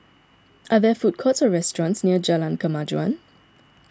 are there food courts or restaurants near Jalan Kemajuan